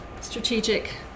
strategic